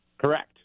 Correct